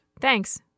Thanks